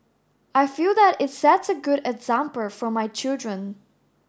I feel that it sets a good example for my children